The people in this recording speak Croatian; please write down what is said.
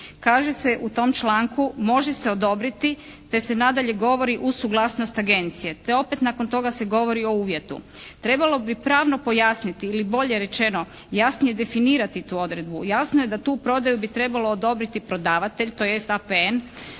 Kaže se u tom članku može se odobriti te se nadalje govori uz suglasnost agencije te opet nakon toga se govori o uvjetu. Trebalo bi pravno pojasniti ili bolje rečeno jasnije definirati tu odredbu, jasno je da tu prodaju bi trebalo odobriti prodavatelj, tj. APN.